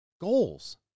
goals